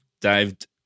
dived